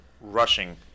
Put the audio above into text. rushing